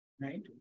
Right